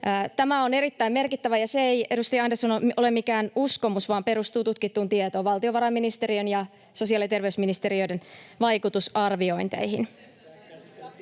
Tämä on erittäin merkittävää — ja se, edustaja Andersson, ei ole mikään uskomus vaan perustuu tutkittuun tietoon: valtiovarainministeriön ja sosiaali‑ ja terveysministeriön vaikutusarviointeihin.